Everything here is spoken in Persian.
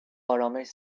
آرامش